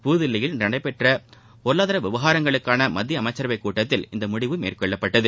புதுதில்லியில் இன்று நடைபெற்ற பொருளாதார விவகாரங்களுக்கான மத்திய அமைச்சரவை கூட்டத்தில் இந்த முடிவு மேற்கொள்ளப்பட்டது